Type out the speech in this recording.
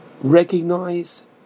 recognize